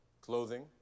clothing